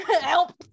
Help